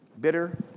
Bitter